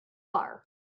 are